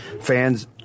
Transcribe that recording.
fans